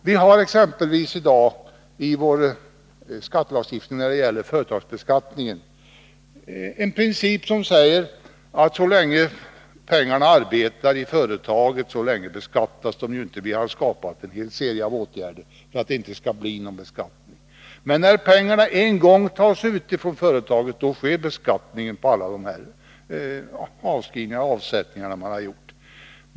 Vi har exempelvis i dag i vår skattelagstiftning när det gäller företagsbeskattning en princip som säger att så länge pengarna arbetar i företaget beskattas de inte. Vi har skapat en hel serie av åtgärder för att det inte skall bli någon beskattning. Men när pengarna en gång tas ut från företaget sker beskattningen på alla de avskrivningar och avsättningar som har gjorts.